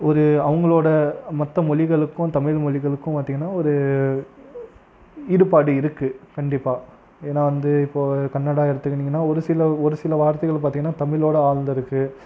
ஒரு அவங்களோட மற்ற மொழிகளுக்கும் தமிழ்மொழிகளுக்கும் பார்த்தீங்கன்னா ஒரு ஈடுபாடு இருக்கு கண்டிப்பாக ஏன்னா வந்து இப்போ கன்னடா எடுத்துக்கின்னீங்கன்னா ஒரு சில ஒரு சில வார்த்தைகள் பார்த்தீங்கன்னா தமிழோட ஆழ்ந்துருக்கு